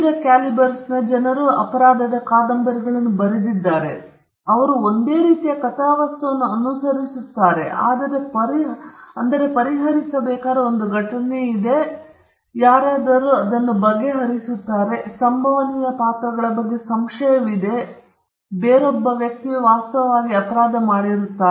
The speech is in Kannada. ವಿವಿಧ ಕ್ಯಾಲಿಬರ್ಸ್ ಜನರು ಅಪರಾಧದ ಕಾದಂಬರಿಗಳನ್ನು ಬರೆದಿದ್ದಾರೆ ಮತ್ತು ಅವರು ಒಂದೇ ರೀತಿಯ ಕಥಾವಸ್ತುವನ್ನು ಅನುಸರಿಸುತ್ತಾರೆ ಪರಿಹರಿಸಬೇಕಾದ ಒಂದು ಘಟನೆ ಇದೆ ಮತ್ತು ಯಾರಾದರೂ ಅದನ್ನು ಬಗೆಹರಿಸುತ್ತಾರೆ ಸಂಭವನೀಯ ಪಾತ್ರಗಳ ಬಗ್ಗೆ ಸಂಶಯವಿದೆ ಮತ್ತು ಬೇರೊಬ್ಬ ವ್ಯಕ್ತಿಯು ವಾಸ್ತವವಾಗಿ ಅಪರಾಧ ಮಾಡಿದರು